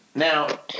Now